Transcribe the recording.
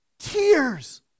tears